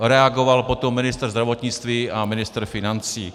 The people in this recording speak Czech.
Reagoval potom ministr zdravotnictví a ministr financí.